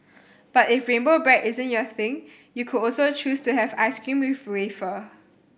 but if rainbow bread isn't your thing you could also choose to have ice cream with wafer